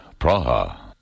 Praha